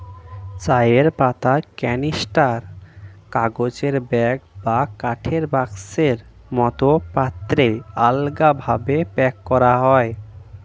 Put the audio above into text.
চায়ের পাতা ক্যানিস্টার, কাগজের ব্যাগ বা কাঠের বাক্সের মতো পাত্রে আলগাভাবে প্যাক করা হয়